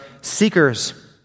seekers